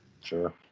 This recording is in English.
Sure